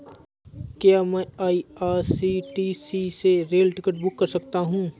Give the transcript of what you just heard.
क्या मैं आई.आर.सी.टी.सी से रेल टिकट बुक कर सकता हूँ?